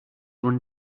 run